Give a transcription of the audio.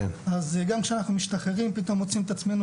אז גם כשאנחנו משתחררים פתאום מוצאים את עצמנו